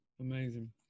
amazing